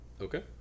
okay